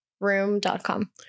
room.com